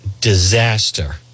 disaster